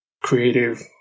creative